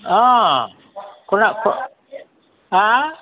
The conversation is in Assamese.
অঁ কোনে হা